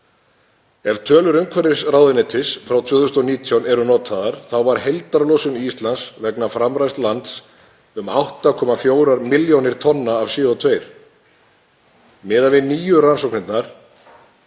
Ef tölur umhverfisráðuneytis frá 2019 eru notaðar þá var heildarlosun Íslands vegna framræsts lands um 8,4 milljónir tonna af CO2. Miðað við nýju rannsóknirnar